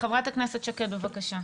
חברת הכנסת שקד, בבקשה.